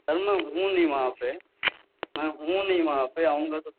سر میں ہوں نہیں وہاں پہ میں ہوں نہیں وہاں پہ آؤں گا تو